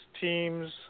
teams